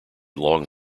long